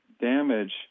damage